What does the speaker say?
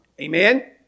Amen